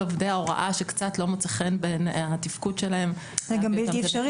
עובדי ההוראה שהתפקוד שלהם קצת לא מוצא חן --- זה גם בלתי-אפשרי.